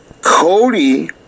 Cody